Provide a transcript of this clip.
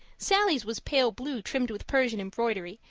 sallie's was pale blue trimmed with persian embroidery,